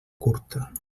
curta